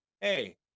Hey